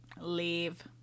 Leave